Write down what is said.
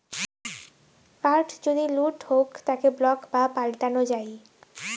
card যদি লুট হউক তাকে ব্লক বা পাল্টানো যাই